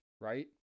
right